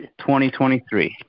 2023